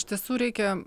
iš tiesų reikia